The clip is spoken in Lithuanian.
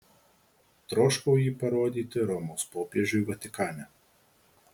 troškau jį parodyti romos popiežiui vatikane